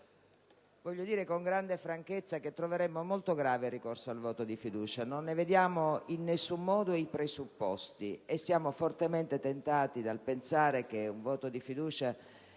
Voglio dire, con grande franchezza, che troveremmo molto grave il ricorso al voto di fiducia; non ne vediamo in nessun modo i presupposti, e siamo fortemente tentati dal pensare che un voto di fiducia